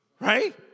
Right